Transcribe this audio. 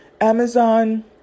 Amazon